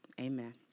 amen